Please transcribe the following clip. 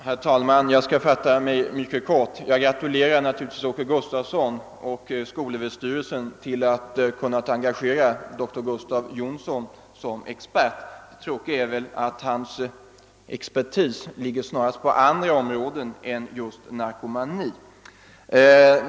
Herr talman! Jag skall fatta mig mycket kort. Jag gratulerar naturligtvis herr Åke Gustavsson och skolöverstyrelsen till att ha kunnat engagera doktor Gustav Jonsson som expert. Det tråkiga är väl bara att hans expertis snarast ligger på andra områden än just narkomani.